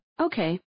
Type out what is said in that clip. Okay